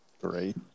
Great